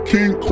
King